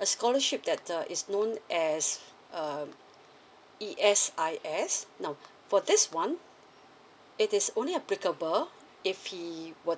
a scholarship that uh is known as um E_S_I_A now for this [one] it is only applicable if he were